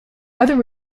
other